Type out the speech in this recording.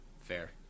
Fair